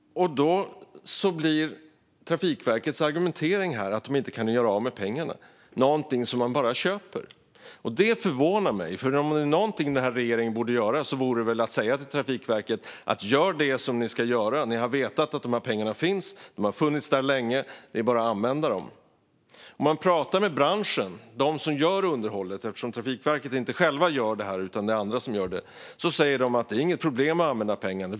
Trafikverkets argument, att de inte kan göra av med pengarna, blir då något som man bara köper. Det förvånar mig, för om det är något den här regeringen borde göra är det väl att säga till Trafikverket: Gör det ni ska göra! Ni har vetat att de här pengarna finns. De har funnits där länge; det är bara att använda dem. Om man pratar med branschen, de som utför underhållet - Trafikverket gör det ju inte själva, utan andra gör det - säger de att det inte är något problem att använda pengarna.